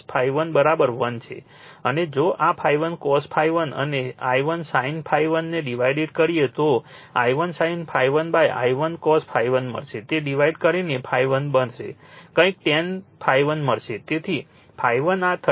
અને જો આ I1 cos ∅1 અને I1 sin ∅1 ને ડિવાઇડેડ કરીએ તો I1 sin ∅1 I1 cos ∅1 મળશે તે ડિવાઇડ કરીને ∅1 મળશે કંઈક tan ∅1 મળશે તેથી ∅1 36